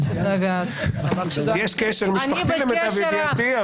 יש קשר משפחתי, למיטב ידיעתי.